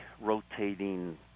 rotating